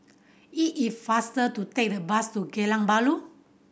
it is faster to take the bus to Geylang Bahru